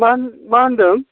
मा मा होनदों